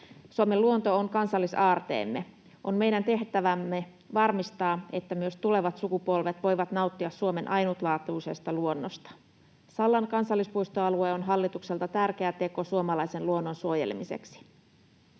Suomen luonto on kansallisaarteemme. On meidän tehtävämme varmistaa, että myös tulevat sukupolvet voivat nauttia Suomen ainutlaatuisesta luonnosta. Sallan kansallispuistoalue on hallitukselta tärkeä teko suomalaisen luonnon suojelemiseksi.